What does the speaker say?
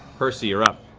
percy, you're up.